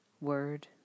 word